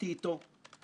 אי פעם גוף,